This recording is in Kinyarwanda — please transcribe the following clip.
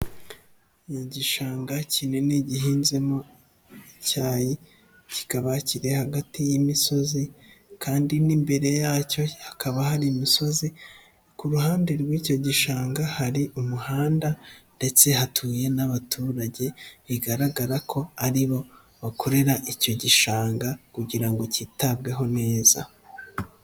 Igishanga kinini gihinzemo icyayi kikaba kiri hagati y'imisozi kandi n'imbere yacyo hakaba hari imisozi, ku ruhande rw'icyo gishanga hari umuhanda ndetse hatuye n'abaturage bigaragara ko ari bo bakorera icyo gishanga kugira ngo cyitabweho neza.